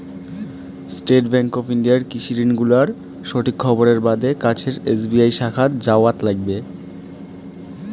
state Bank of ইন্ডিয়ার কৃষি ঋণ গুলার সঠিক খবরের বাদে কাছের এস.বি.আই শাখাত যাওয়াৎ লাইগবে